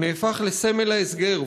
הוא נהפך לסמל ההסגר,